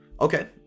Okay